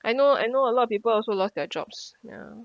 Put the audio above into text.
I know I know a lot of people also lost their jobs ya